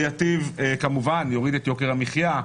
זה כמובן יוריד את יוקר המחיה,